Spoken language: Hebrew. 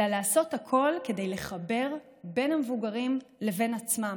אלא לעשות הכול כדי לחבר בין המבוגרים לבין עצמם.